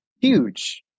huge